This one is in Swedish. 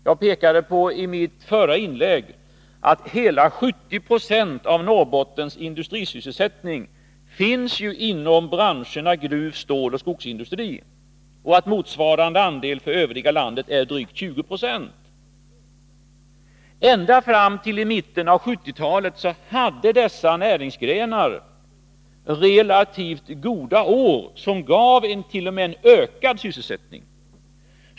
Jag pekade i mitt förra inlägg på att hela 70 26 av Norrbottens industrisysselsättning finns inom branscherna gruv-, ståloch skogsindustri medan motsvarande andel för det övriga landet är drygt 20 96. Ända fram till mitten av 1970-talet hade dessa näringsgrenar relativt goda år, som t.o.m. gav ökad sysselsättning.